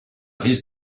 rive